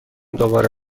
دوباره